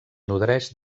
nodreix